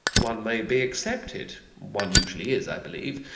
one may be accepted. one usually is, i believe.